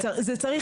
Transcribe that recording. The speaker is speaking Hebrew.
זה צריך